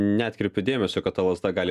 neatkreipiu dėmesio kad ta lazda gali